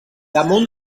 damunt